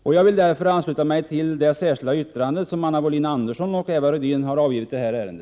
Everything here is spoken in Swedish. Därför vill jag ansluta mig till det särskilda yttrande som Anna Wohlin-Andersson och Eva Rydén har avgivit i detta ärende.